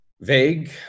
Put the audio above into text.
vague